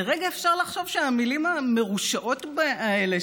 לרגע אפשר לחשוב שהמילים המרושעות האלה,